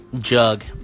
jug